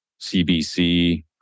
CBC